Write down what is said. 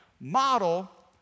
Model